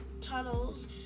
tunnels